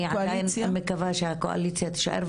אני מקווה שהקואליציה תישאר,